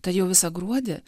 tad jau visą gruodį